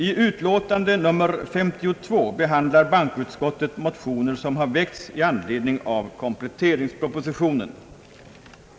I utlåtande nr 52 behandlar bankoutskottet motioner, som har väckts i anledning av kompletteringspropositionen.